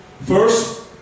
First